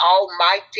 almighty